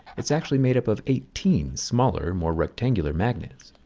it's actually made up of eighteen smaller more rectangular magnets.